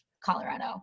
Colorado